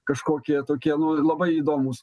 kažkokie tokie nu labai įdomūs